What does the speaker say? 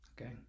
Okay